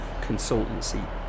consultancy